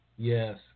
Yes